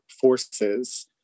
forces